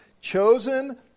Chosen